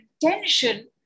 intention